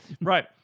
right